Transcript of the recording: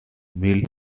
mild